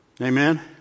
Amen